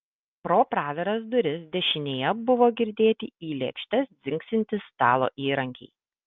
pro praviras duris dešinėje buvo girdėti į lėkštes dzingsintys stalo įrankiai